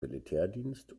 militärdienst